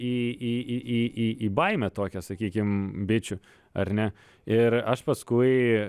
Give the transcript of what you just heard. į į į į į į baimę tokią sakykim bičių ar ne ir aš paskui